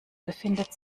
befindet